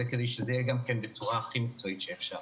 כדי שזה יהיה בצורה הכי מקצועית שאפשר.